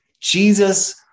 Jesus